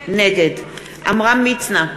נגד עמרם מצנע,